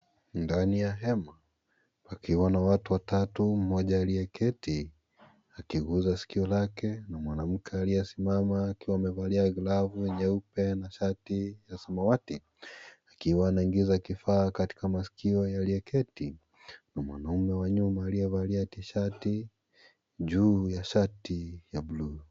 Ndani ya hema pakiwa na watu watatu mmoja aliyeketi akiguza sikio lake mwanamke aliyesimama akiwa amevalia glavu yenye nyeupe na shati ya samawati akiwa anaingiza kifaa katika maskio ya aliyeketi na mwanaume wa nyuma aliyevalia tishati juu ya shati ya bluu.